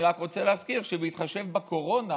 אני רק רוצה להזכיר שבהתחשב בקורונה